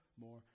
more